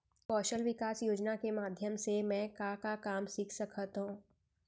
कौशल विकास योजना के माधयम से मैं का का काम सीख सकत हव?